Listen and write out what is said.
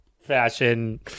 fashion